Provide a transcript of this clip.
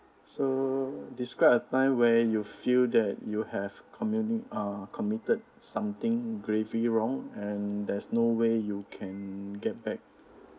so describe a time where you feel that you have commun~ uh committed something gravely wrong and there's no way you can get back